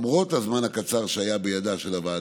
למרות הזמן הקצר שהיה לוועדה,